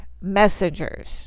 messengers